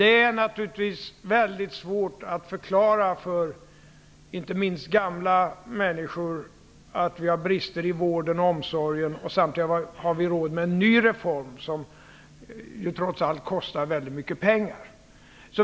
Det är naturligtvis svårt att förklara, inte minst för gamla människor, att vi, samtidigt som det finns brister i vården och omsorgen, har råd med en ny reform som trots allt kostar väldigt mycket pengar.